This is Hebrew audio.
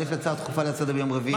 אבל יש לי הצעה דחופה לסדר-יום ביום רביעי.